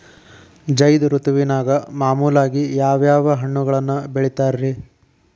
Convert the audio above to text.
ಝೈದ್ ಋತುವಿನಾಗ ಮಾಮೂಲಾಗಿ ಯಾವ್ಯಾವ ಹಣ್ಣುಗಳನ್ನ ಬೆಳಿತಾರ ರೇ?